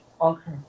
Okay